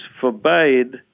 forbade